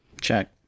Check